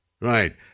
Right